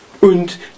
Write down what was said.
und